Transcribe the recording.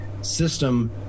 system